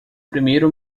primeiro